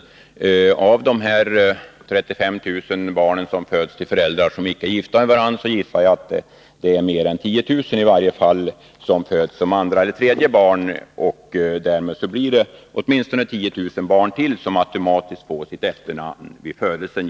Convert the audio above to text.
Jag gissar att mer än 10 000 av de 35 000 barn som föds och har föräldrar som inte är gifta med varandra föds som andra eller tredje barn.